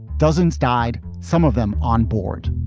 dozens died, some of them on board.